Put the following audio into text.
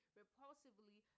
repulsively